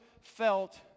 felt